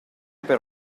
per